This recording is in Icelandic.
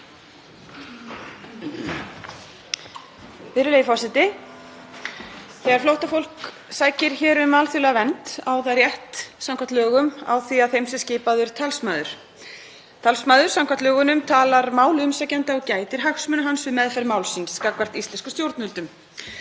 Þegar flóttafólk sækir hér um alþjóðlega vernd á það rétt samkvæmt lögum á því að þeim sé skipaður talsmaður. Talsmaður samkvæmt lögunum talar máli umsækjanda og gætir hagsmuna hans við meðferð málsins gagnvart íslenskum stjórnvöldum.